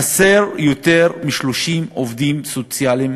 חסרים יותר מ-30 עובדים סוציאליים